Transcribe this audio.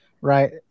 right